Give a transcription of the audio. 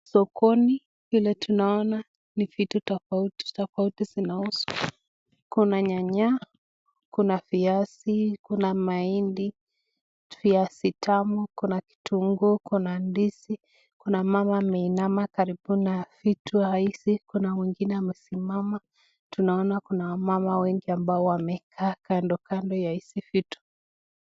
Sokoni, kile tunaona ni vitu tofauti tofauti zinauswa. Kuna nyanya, kuna viazi, kuna mahindi, viazi tamu, kuna kitunguu, kuna ndizi. Kuna mama ameinama karibu na vitu hizi, kuna wengine wamesimama. Tunaona kuna wamama wengi ambao wamekaa kando kando ya hizi vitu.